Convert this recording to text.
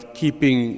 keeping